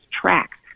tracks